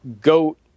goat